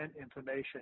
information